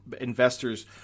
investors